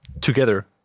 together